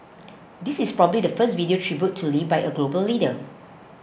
this is probably the first video tribute to Lee by a global leader